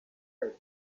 fake